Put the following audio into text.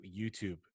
YouTube